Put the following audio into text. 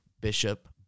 Bishop